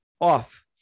off